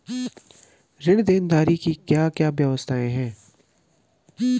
ऋण देनदारी की क्या क्या व्यवस्थाएँ हैं?